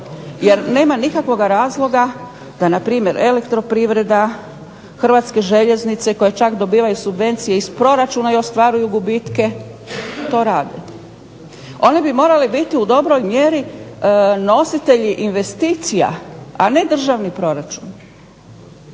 jer nema nikakvog razloga da na primjer elektroprivreda, Hrvatske željeznice koje čak dobivaju subvencije iz proračuna i ostvaruju gubitke to rade. One bi morale biti u dobroj mjeri nositelji investicija a ne državni proračun.